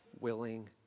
Willing